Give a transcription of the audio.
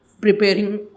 preparing